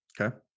Okay